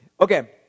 Okay